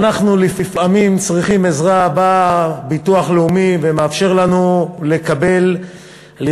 עוברים להצעת חוק הביטוח הלאומי (תיקון מס' 145,